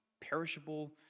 perishable